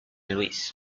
luis